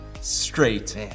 straight